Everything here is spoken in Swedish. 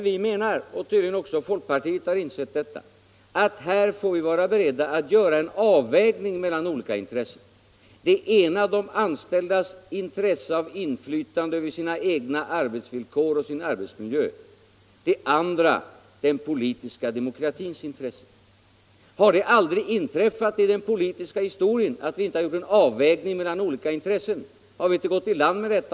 Vi menar — tydligen har också folkpartiet insett detta — att här får vi vara beredda att göra en avvägning mellan olika intressen. Det ena är de anställdas intresse av inflytande över sina egna arbetsvillkor och över sin egen arbetsmiljö. Det andra är den politiska demokratins intresse. Har det aldrig inträffat i den politiska historien att man har gjort en avvägning mellan olika intressen? Har vi inte gått i land med detta?